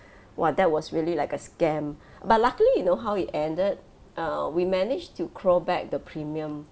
!wah! that was really like a scam but luckily you know how it ended err we managed to crawl back the premium